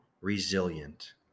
resilient